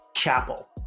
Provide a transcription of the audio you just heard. chapel